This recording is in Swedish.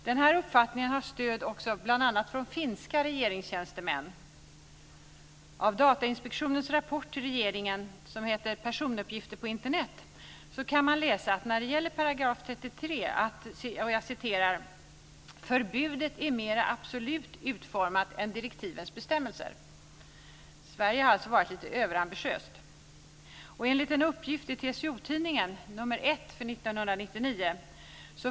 Denna uppfattning har stöd också bl.a. från finska regeringstjänstemän. I Datainspektionens rapport till regeringen, som heter Personuppgifter på Internet, kan man läsa följande när det gäller § 33: "Förbudet är mera absolut utformat än direktivets bestämmelser". Sverige har alltså varit lite överambitiöst.